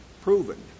proven